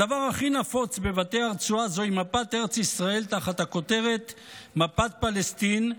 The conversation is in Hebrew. הדבר הכי נפוץ בבתי הרצועה הוא מפת ארץ ישראל תחת הכותרת "מפת פלסטין",